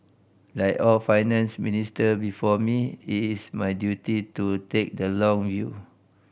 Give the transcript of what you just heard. like all Finance Minister before me it is my duty to take the long view